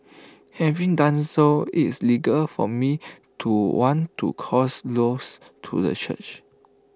having done so IT is legal for me to want to cause loss to the church